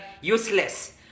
useless